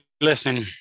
listen